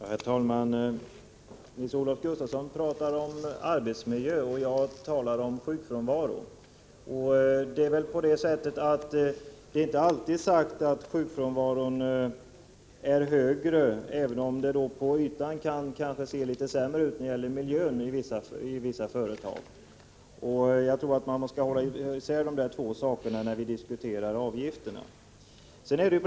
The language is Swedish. Herr talman! Nils-Olof Gustafsson talar om arbetsmiljö och jag talar om sjukfrånvaro. Det är väl inte alltid sagt att sjukfrånvaron är högre, även om det på ytan kan se litet sämre ut när det gäller miljön i vissa företag. Jag tror att vi måste hålla isär de där två sakerna när vi diskuterar avgifterna.